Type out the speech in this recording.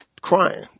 crying